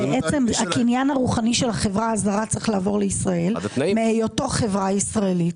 הקניין הרוחני של החברה הזרה צריך לעבור לישראל מהיותו חברה ישראלית,